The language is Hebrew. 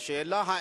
השאלה היא,